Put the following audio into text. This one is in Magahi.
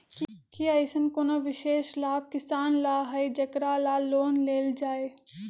कि अईसन कोनो विशेष लाभ किसान ला हई जेकरा ला लोन लेल जाए?